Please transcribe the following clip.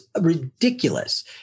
ridiculous